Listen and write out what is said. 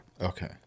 Okay